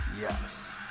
yes